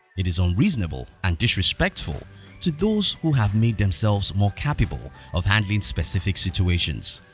it is unreasonable and disrespectful to those who have made themselves more capable of handling specific situations.